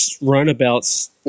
runabouts